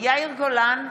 יאיר גולן,